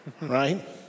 Right